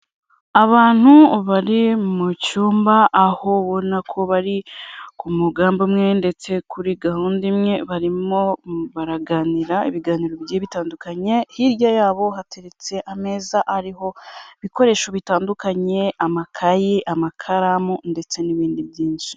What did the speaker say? Abantu bari mu cyumba, aho babona ko bari ku mugambi umwe ndetse kuri gahunda imwe, barimo baraganira ibiganiro bijyiye bitandukanye, hirya yabo hateretse ameza ariho ibikoresho bitandukanye, amakayi, amakaramu ndetse n'ibindi byinshi.